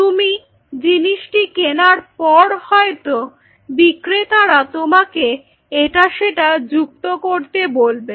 তুমি জিনিসটি কেনার পর হয়তো বিক্রেতারা তোমাকে এটা সেটা যুক্ত করতে বলবে